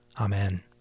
Amen